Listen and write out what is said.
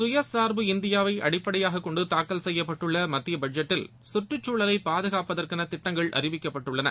சுயசார்பு இந்தியாவை அடிப்படையாக கொண்டு தாக்கல் செய்யப்பட்டுள்ள மத்திய பட்ஜெட்டில் சுற்றுச்சூழலை பாதுகாப்பதற்கென திட்டங்கள் அறிவிக்கப்பட்டுள்ளன